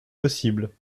possible